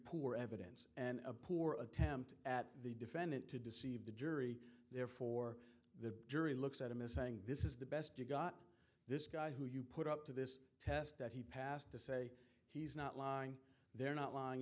poor evidence and a poor attempt at the defendant to deceive the jury therefore the jury looks at a missing this is the best you've got this guy who you put up to this test that he passed to say he's not they're not